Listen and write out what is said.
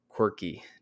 quirky